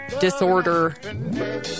disorder